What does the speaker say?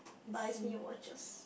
buys me a watches